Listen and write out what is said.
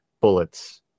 bullets